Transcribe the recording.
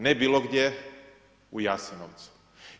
Ne bilo gdje, u Jasenovcu.